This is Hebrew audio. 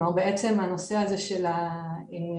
כלומר בעצם הנושא הזה של המניעה,